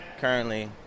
currently